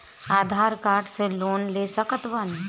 आधार card से loan ले सकत बणी?